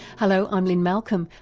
hello, i'm lynne malcolm.